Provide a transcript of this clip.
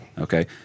okay